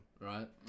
right